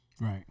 Right